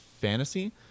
fantasy